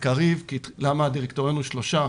קריב למה הדירקטוריון מונה רק שלושה.